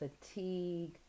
fatigue